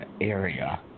area